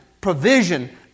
provision